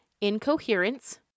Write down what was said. incoherence